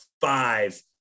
five –